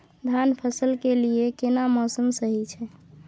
धान फसल के लिये केना मौसम सही छै?